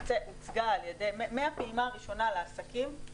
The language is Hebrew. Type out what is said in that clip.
מהפעימה הראשונה לעסקים,